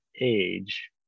age